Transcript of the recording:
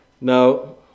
Now